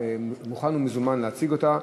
מוכן ומזומן להציג אותה.